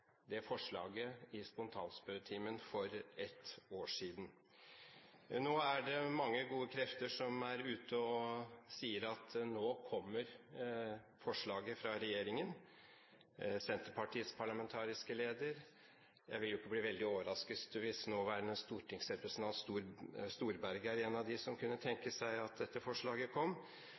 det forslaget i spontanspørretimen for ett år siden. Nå er det mange gode krefter som er ute og sier at nå kommer forslaget fra regjeringen – f.eks. fra Senterpartiets parlamentariske leder, og jeg vil ikke bli veldig overrasket hvis nåværende stortingsrepresentant Storberget er en av dem som kunne tenke seg at dette forslaget kom.